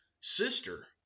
sister